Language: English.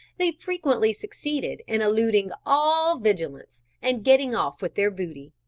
they frequently succeeded in eluding all vigilance and getting off with their booty.